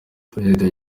perezida